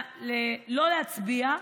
לא להצביע,